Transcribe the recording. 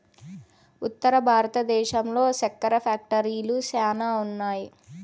ఉత్తర భారతంలో సెక్కెర ఫ్యాక్టరీలు శ్యానా ఉన్నాయి